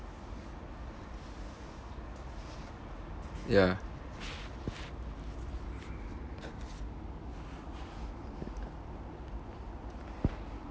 ya